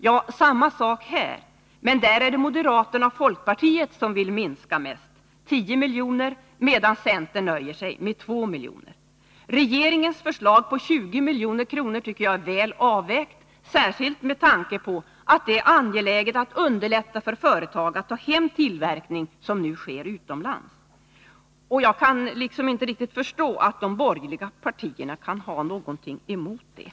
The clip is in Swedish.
Det är samma sak här, men nu är det moderaterna och folkpartiet som vill minska mest, 10 miljoner, medan centern nöjer sig med 2 miljoner. Regeringens förslag på 20 miljoner tycker jag är väl avvägt, särskilt med tanke på att det är angeläget att vi underlättar för företagen att ta hem tillverkning som nu sker utomlands. Jag kan inte riktigt förstå att de borgerliga partierna kan ha någonting emot det.